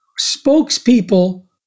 spokespeople